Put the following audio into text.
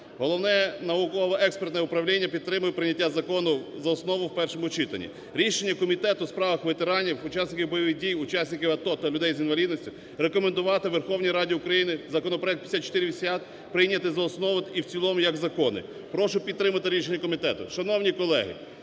Головне науково-експертне управління підтримує прийняття закону за основу в першому читанні. Рішення Комітету у справах ветеранів, учасників бойових дій, учасників АТО та людей з інвалідністю: рекомендувати Верховній Раді України законопроект 5480 прийняти за основу і в цілому як закони. Прошу підтримати рішення комітету. Шановні колеги,